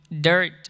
dirt